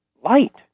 light